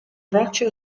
rocce